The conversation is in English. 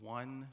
one